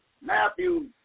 Matthew